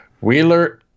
Wheeler